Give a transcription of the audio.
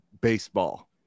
baseball